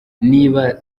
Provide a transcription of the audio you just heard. niba